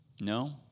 No